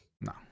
No